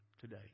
today